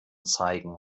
zeigen